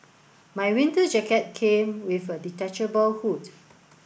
my winter jacket came with a detachable hood